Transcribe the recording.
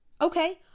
Okay